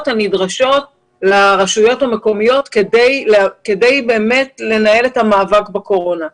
הנדרשות לרשויות המקומיות כדי באמת לנהל את המאבק בקורונה.